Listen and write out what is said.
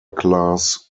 class